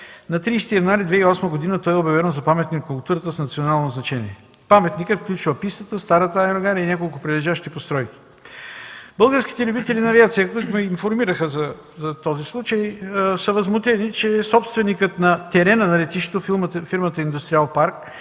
На 30 януари 2008 г. то е обявено за паметник на културата с национално значение. Паметникът включва пистата, старата аерогара и няколко прилежащи постройки. Българските любители на авиацията, които ме информираха за този случай, са възмутени, че собственикът на терена на летището, фирмата „Индустриален парк”,